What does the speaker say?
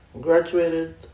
graduated